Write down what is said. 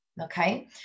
okay